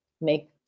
make